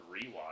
rewatch